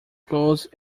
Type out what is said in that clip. close